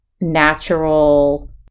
natural